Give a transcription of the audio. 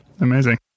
amazing